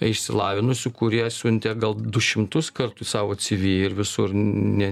išsilavinusių kurie siuntė gal du šimtus kartų savo cv ir visur ne